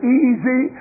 easy